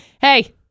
hey